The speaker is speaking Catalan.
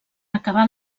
acabar